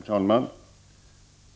Herr talman!